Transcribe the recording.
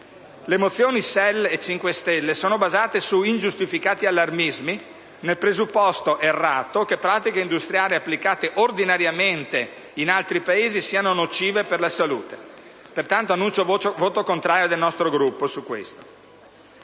e del Movimento 5 Stelle sono basate su ingiustificati allarmismi, nel presupposto - errato - che pratiche industriali applicate ordinariamente in altri Paesi siano nocive per la salute. Pertanto, annuncio il voto contrario del nostro Gruppo su questo.